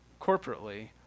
corporately